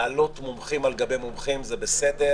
להעלות מומחים על גבי מומחים זה בסדר,